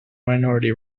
minority